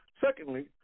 Secondly